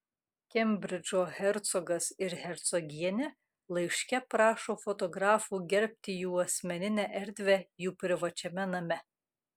kembridžo hercogas ir hercogienė laiške prašo fotografų gerbti jų asmeninę erdvę jų privačiame name